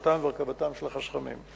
מחצבות היא לשקם את שטח המחצבה לשם הקמת פארק